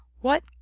What